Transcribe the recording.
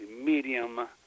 medium